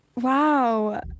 wow